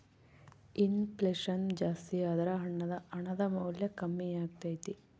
ಇನ್ ಫ್ಲೆಷನ್ ಜಾಸ್ತಿಯಾದರ ಹಣದ ಮೌಲ್ಯ ಕಮ್ಮಿಯಾಗತೈತೆ